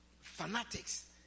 fanatics